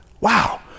wow